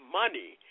money